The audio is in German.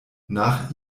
nach